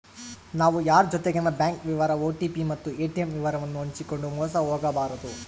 ನಾವು ಯಾರ್ ಜೊತಿಗೆನ ಬ್ಯಾಂಕ್ ವಿವರ ಓ.ಟಿ.ಪಿ ಮತ್ತು ಏ.ಟಿ.ಮ್ ವಿವರವನ್ನು ಹಂಚಿಕಂಡು ಮೋಸ ಹೋಗಬಾರದು